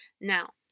Now